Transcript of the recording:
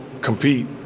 compete